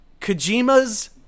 Kojima's